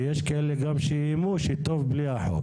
כי יש גם כאלה שאיימו שטוב בלי החוק